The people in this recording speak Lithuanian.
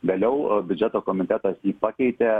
vėliau biudžeto komitetas jį pakeitė